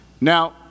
Now